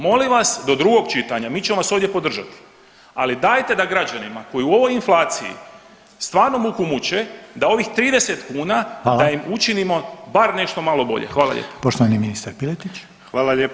Molim vas do drugog čitanja mi ćemo vas ovdje podržati, ali dajte da građanima koji u ovoj inflaciji stvarno muku muče da ovih 30 kuna da im učinimo bar nešto malo bolje, hvala lijepo.